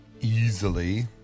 easily